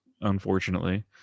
unfortunately